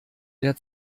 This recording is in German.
der